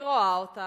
היא רואה אותה,